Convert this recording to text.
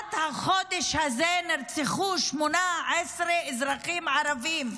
מתחילת החודש הזה נרצחו 18 אזרחים ערבים,